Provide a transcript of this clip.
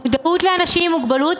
המודעות לאנשים עם מוגבלות